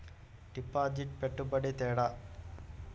డిపాజిట్కి పెట్టుబడికి తేడా?